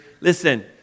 Listen